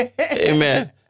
Amen